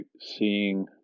seeing